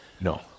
No